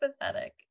pathetic